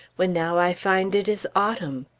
when now i find it is autumn.